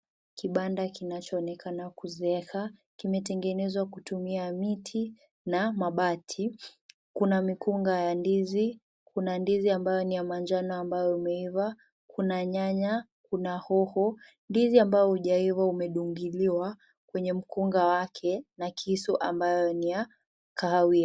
Kibanda kinachoonekana kuzeeka, kimetengenezwa kutumia miti na mabati, kuna mikonga ya ndizi, kuna ndizi ambayo ni ya manjano ambayo imeiva, kuna nyanya, kuna hoho, ndizi ambao hujaiva umedungiliwa kwenye mkunga wake na kisu ambao ni wa kahawia.